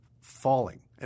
falling